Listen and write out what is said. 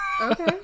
Okay